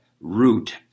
root